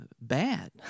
bad